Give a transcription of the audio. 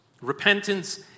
Repentance